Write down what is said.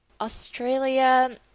Australia